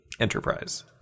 Enterprise